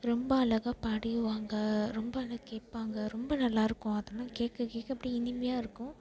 ரொம்ப அழகா பாடியுவாங்க ரொம்ப அழகா கேட்பாங்க ரொம்ப நல்லா இருக்கும் அதெல்லாம் கேட்க கேட்க அப்படியே இனிமையாக இருக்கும்